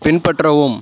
பின்பற்றவும்